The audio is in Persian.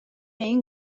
این